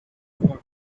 quarter